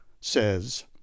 says